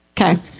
Okay